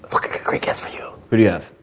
like a great guest for you. who do you have?